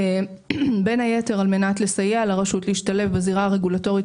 בין היתר על מנת לסייע לרשות להשתלב בזירה הרגולטורית